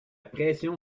pression